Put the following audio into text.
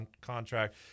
contract